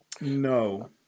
no